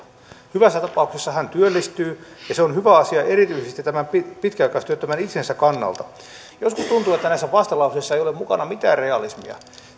hyvässä tapauksessa hän työllistyy ja se on hyvä asia erityisesti tämän pitkäaikaistyöttömän itsensä kannalta joskus tuntuu että näissä vastalauseissa ei ole mukana mitään realismia